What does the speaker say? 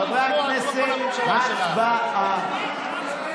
חבר הכנסת קרעי, הדיון, את פופוליסטית.